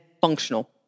functional